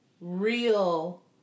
real